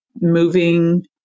moving